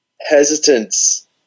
hesitance